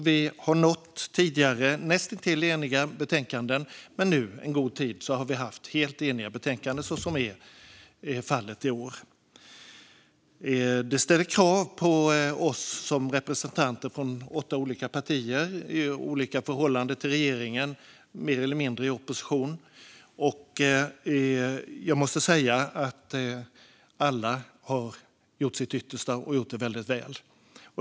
Vi har tidigare nått näst intill eniga betänkanden, och nu har vi under en god tid haft betänkanden som vi varit helt eniga om. Så är även fallet i år. Gransknings betänkandeInledning Detta ställer krav på oss som representanter från åtta olika partier i olika förhållanden till regeringen, mer eller mindre i opposition. Jag måste säga att alla har gjort sitt yttersta och gjort det väldigt väl.